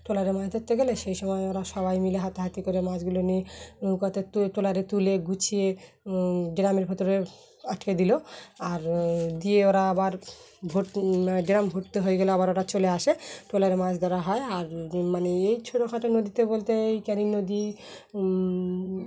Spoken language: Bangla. ট্রলারে মাছ ধরতে গেলে সেই সময় ওরা সবাই মিলে হাতাহাতি করে মাছগুলো নিয়ে নৌকাতে ট্রলারে তুলে গুছিয়ে ড্রামের ভেতরে আটকে দিলো আর দিয়ে ওরা আবার ভর্তি ড্রাম ভর্তি হয়ে গেলে আবার ওরা চলে আসে ট্রলারে মাছ ধরা হয় আর মানে এই ছোটোখাটো নদীতে বলতে এই ক্যানিং নদী